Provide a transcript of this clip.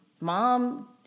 mom